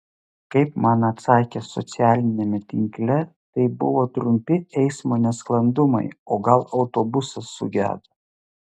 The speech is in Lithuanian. kaip man atsakė socialiniame tinkle tai buvo trumpi eismo nesklandumai o gal autobusas sugedo